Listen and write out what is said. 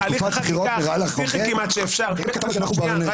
כשהיה לך כאן הליך החקיקה --- כי יש לך גורם מרסן.